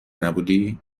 نبودی